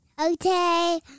Okay